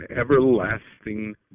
everlasting